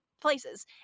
Places